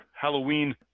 Halloween